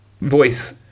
voice